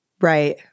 Right